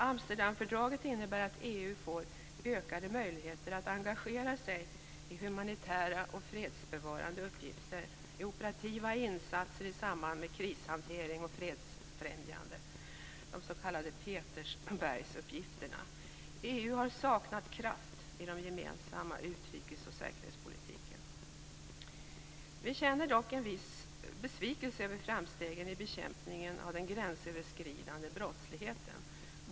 Amsterdamfördraget innebär att EU får ökade möjligheter att engagera sig i humanitära och fredsbevarande uppgifter och i operativa insatser i samband med krishantering och fredsfrämjande, de s.k. Petersbergsuppgifterna. EU har saknat kraft i den gemensamma utrikes och säkerhetspolitiken. Vi känner dock viss besvikelse över framstegen i bekämpningen av den gränsöverskridande brottsligheten.